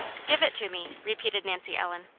give it to me, repeated nancy ellen.